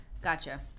Gotcha